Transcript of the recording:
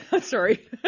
Sorry